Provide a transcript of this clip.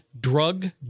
drug